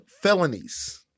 felonies